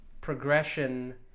progression